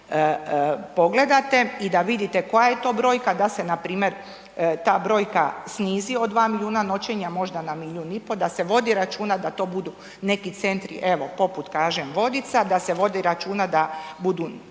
pogledate i da vidite koja je to brojka, da se npr. ta brojka snizi od 2 milijuna noćenja možda na 1,5 milijun da se vodi računa da to budu neki centri evo poput kažem Vodica, da se vodi računa da budu